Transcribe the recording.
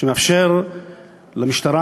שמאפשר למשטרה,